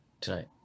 tonight